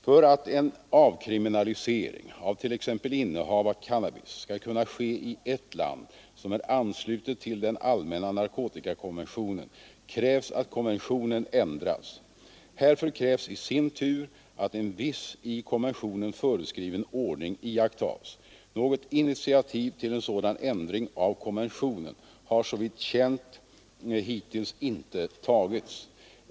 För att en avkriminalisering av t.ex. innehav av cannabis skall kunna ske i ett land som är anslutet till den allmänna narkotikakonventionen krävs att konventionen ändras. Härför krävs i sin tur att en viss i konventionen föreskriven ordning iakttas. Något initiativ till en sådan ändring av konventionen har såvitt känt hittills inte tagits.